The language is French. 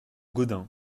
gaudin